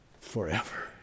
forever